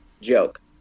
joke